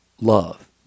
love